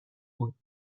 بود